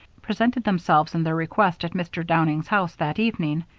presented themselves and their request at mr. downing's house that evening,